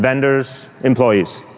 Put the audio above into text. vendors, employees.